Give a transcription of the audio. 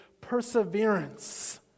perseverance